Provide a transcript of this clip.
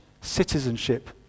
citizenship